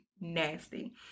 nasty